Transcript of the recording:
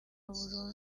burundu